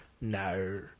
no